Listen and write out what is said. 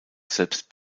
selbst